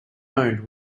owned